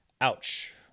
Ouch